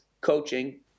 coaching